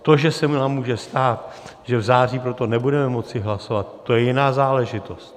To, že se nám může stát, že v září pro to nebudeme moci hlasovat, to je jiná záležitost.